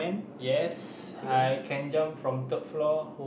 yes I can jump from third floor